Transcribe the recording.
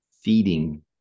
feeding